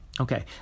Okay